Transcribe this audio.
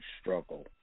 struggle